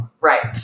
Right